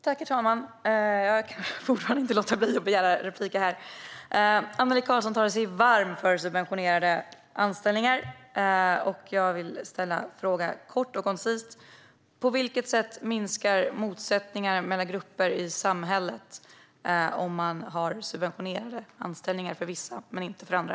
Herr talman! Jag kan fortfarande inte låta bli att begära repliker! Annelie Karlsson talar sig varm för subventionerade anställningar. Jag vill ställa en kort och koncis fråga: På vilket sätt minskar motsättningarna mellan grupper i samhället om man har subventionerade anställningar för vissa människor men inte för andra?